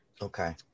Okay